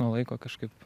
nuo laiko kažkaip